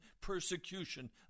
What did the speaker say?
persecution